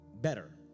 better